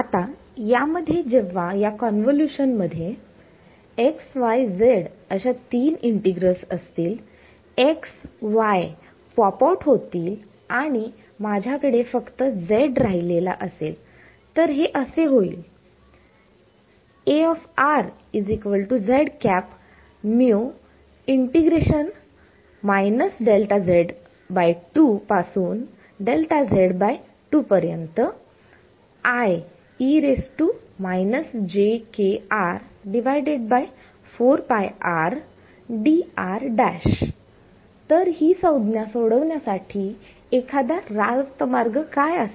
आता यामध्ये जेव्हा या कॉन्वोलुशन मध्ये xyz असे तीन इंटीग्रल्स असतील x y पॉप आऊट होतील आणि इथे माझ्याकडे फक्त z राहिलेला असेल तर हे असे होईल तर ही संज्ञा सोडवण्यासाठी एखादा रास्त मार्ग काय असेल